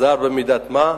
עזר במידת-מה.